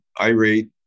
irate